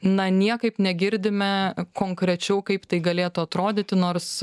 na niekaip negirdime konkrečiau kaip tai galėtų atrodyti nors